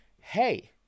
hey